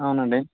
అవునండి